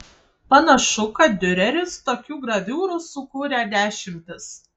panašu kad diureris tokių graviūrų sukūrė dešimtis